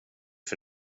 för